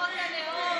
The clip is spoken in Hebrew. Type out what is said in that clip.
חוק הלאום.